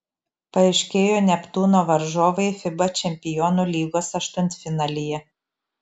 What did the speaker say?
paaiškėjo neptūno varžovai fiba čempionų lygos aštuntfinalyje